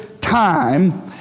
time